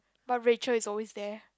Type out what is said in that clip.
but Racheal is always there